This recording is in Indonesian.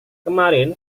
kemarin